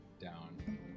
down